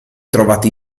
trovati